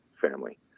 family